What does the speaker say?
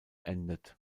endet